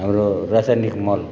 हाम्रो रासायनिक मल